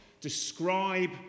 describe